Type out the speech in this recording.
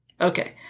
Okay